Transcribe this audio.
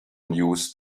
news